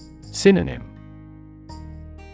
Synonym